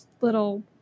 little